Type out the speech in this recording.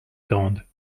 grande